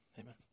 amen